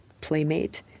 playmate